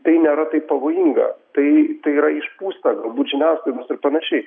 tai nėra taip pavojinga tai yra išpūsta galbūt žiniasklaidos ir panašiai